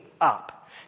up